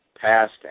past